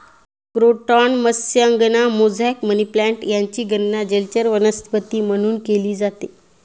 croton मत्स्यांगना, mosaic, money plant यांचीही गणना जलचर वनस्पती म्हणून केली जाते